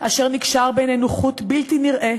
אשר נקשר בינינו חוט בלתי נראה